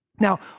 Now